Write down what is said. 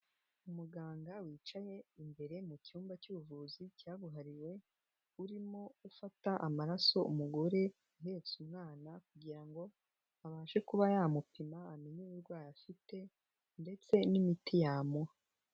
Umuganga wicaye imbere mu cyumba cy'ubuvuzi cyabuhariwe, urimo ufata amaraso umugore uhetse umwana kugira ngo abashe kuba yamupima amenye uburwayi afite ndetse n'imiti yamuha.